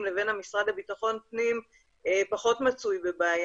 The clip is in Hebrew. לבין המשרד לבטחון פנים פחות מצוי בבעיה.